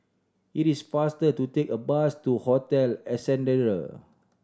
it is faster to take a bus to Hotel Ascendere